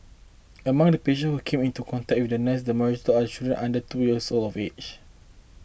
among the patients who came into contact with the nurse the majority are children under two years of age